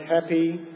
happy